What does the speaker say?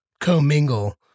co-mingle